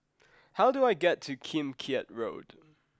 how do I get to Kim Keat Road